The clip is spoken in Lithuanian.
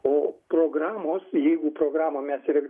o programos jeigu programą mes ir